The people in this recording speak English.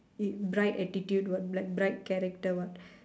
bright attitude what bri~ bright character what